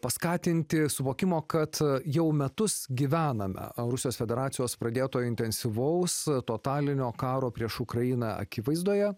paskatinti suvokimo kad jau metus gyvename rusijos federacijos pradėto intensyvaus totalinio karo prieš ukrainą akivaizdoje